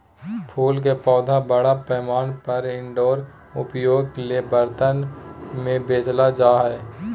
फूल के पौधा बड़ा पैमाना पर इनडोर उपयोग ले बर्तन में बेचल जा हइ